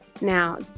Now